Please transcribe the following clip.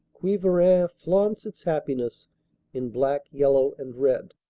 quievrain flaunts its happiness in black, yellow and red.